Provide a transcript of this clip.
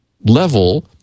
level